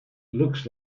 looks